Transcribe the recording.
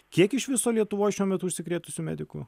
kiek iš viso lietuvoj šiuo metu užsikrėtusių medikų